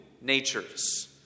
natures